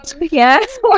yes